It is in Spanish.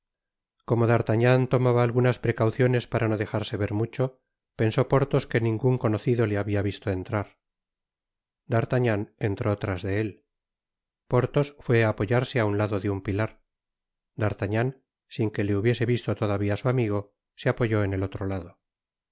como d'artagnan tomaba algunas precauciones para no dejarse ver mucho pensó porthos que ningun conocido le habia visto entrar d'artagnan entró tras de él porthos fué á apoyarse á un lado de un pilar d'artagnan sin que le hubiese visto todavía su amigo se apoyó en el otro lado